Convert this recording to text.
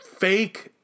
fake